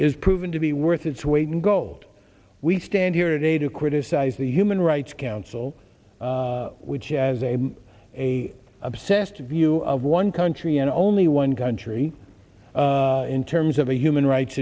is proving to be worth its weight in gold we stand here today to criticize the human rights council which has a a obsessed view of one country and only one country in terms of a human rights